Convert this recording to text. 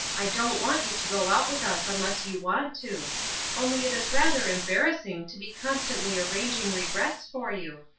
i don't want you to go out with us unless you want to only it is rather embarrassing to be constantly arranging regrets for you.